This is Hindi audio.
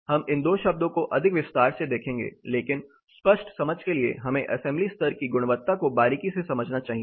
हम इन दो शब्दों को अधिक विस्तार से देखेंगे लेकिन स्पष्ट समझ के लिए हमें असेंबली स्तर की गुणवत्ता को बारीकी से समझना चाहिए